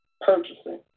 purchasing